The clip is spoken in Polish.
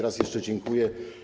Raz jeszcze dziękuję.